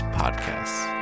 podcasts